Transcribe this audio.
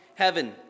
heaven